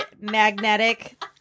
magnetic